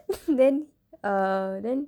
then err then